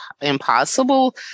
impossible